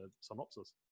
synopsis